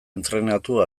entrenatu